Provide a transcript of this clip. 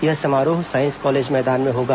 यह समारोह साईस कॉलेज मैदान में होगा